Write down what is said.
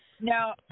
Now